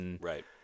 Right